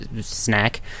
Snack